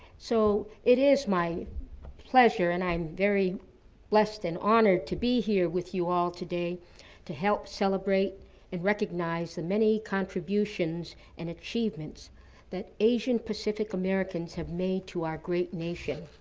so it is my pleasure and i'm very blessed and honored to be here with you all today to help celebrate and recognize the many contributions and achievements that asian-pacific americans have made to our great nation.